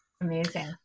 Amazing